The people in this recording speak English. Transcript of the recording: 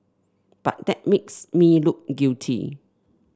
but that makes me look guilty